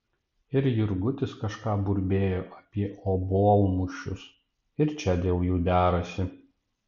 ir jurgutis kažką burbėjo apie obuolmušius ir čia dėl jų derasi